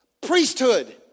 Priesthood